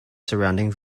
surrounding